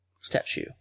statue